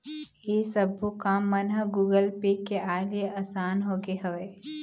ऐ सब्बो काम मन ह गुगल पे के आय ले असान होगे हवय